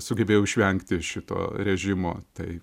sugebėjau išvengti šito režimo tai